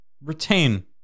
retain